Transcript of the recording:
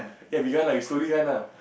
eh we run lah we slowly run lah